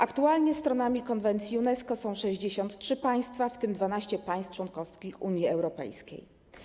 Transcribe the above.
Aktualnie stronami konwencji UNESCO są 63 państwa, w tym 12 państw członkowskich Unii Europejskiej.